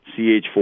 CH4